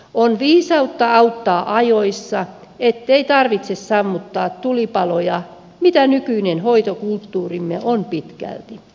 on viisautta auttaa ajoissa ettei tarvitse sammuttaa tulipaloja mitä nykyinen hoitokulttuurimme on pitkälti